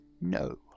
No